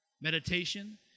meditation